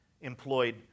employed